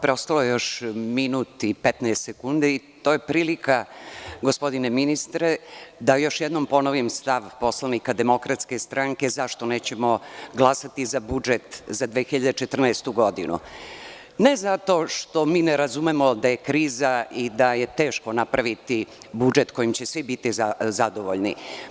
Preostalo je još minut i 15 sekundi i to je prilika, gospodine ministre, da još jednom ponovim stav poslanika DS, zašto nećemo glasati za budžet za 2014. godinu, ne zato što mi ne razumemo da je kriza i da je teško napraviti budžet kojim će svi biti zadovoljni.